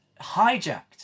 hijacked